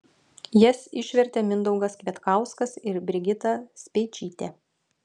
jas išvertė mindaugas kvietkauskas ir brigita speičytė